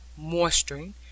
moisturing